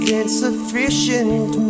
insufficient